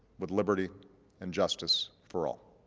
with liberty and justice for all.